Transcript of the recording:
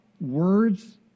words